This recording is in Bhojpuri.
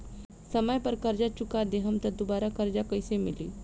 समय पर कर्जा चुका दहम त दुबाराकर्जा कइसे मिली?